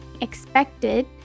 expected